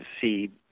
see